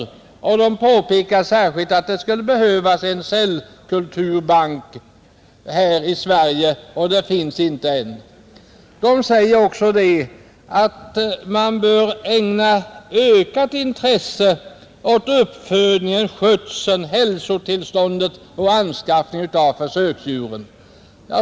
Man påpekar särskilt att vi här i Sverige skulle behöva en cellkulturbank. Anstalten säger också att ökat intresse bör ägnas uppfödningen, skötseln, hälsotillståndet och anskaffningen av försöksdjuren.